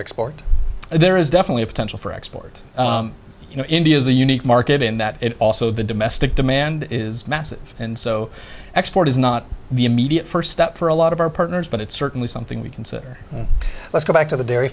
export there is definitely a potential for export you know india is a unique market in that it also the domestic demand is massive and so export is not the immediate first step for a lot of our partners but it's certainly something we consider let's go back to the dairy